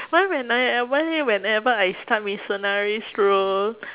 why when I I why whenever I start mitsunari's role